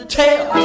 tell